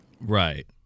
Right